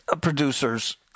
producers